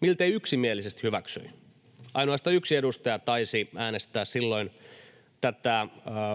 miltei yksimielisesti hyväksyi. Ainoastaan yksi edustaja taisi äänestää silloin tätä